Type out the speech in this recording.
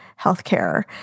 healthcare